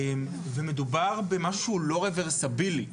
ומדובר במשהו לא רברסיבילי,